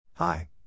Hi